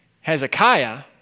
Hezekiah